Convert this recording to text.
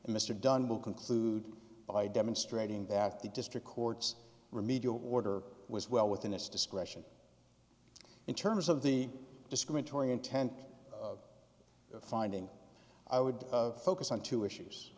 and mr dunn will conclude by demonstrating that the district courts remedial order was well within his discretion in terms of the discriminatory intent of finding i would of focus on two issues